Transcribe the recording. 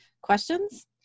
Questions